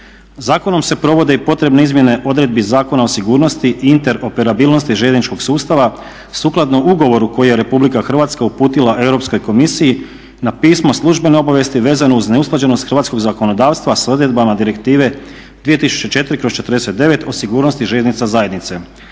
Zakonom se provode i potrebne izmjene odredbi Zakona o sigurnosti i interoperabilnosti željezničkog sustava sukladno ugovoru koji je RH uputila Europskoj komisiji na pismo službene obavijesti vezano uz neusklađenost hrvatskog zakonodavstva sa odredbama direktivne 2004/49 o sigurnosti željeznica zajednice.